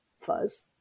fuzz